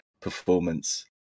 performance